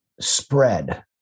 spread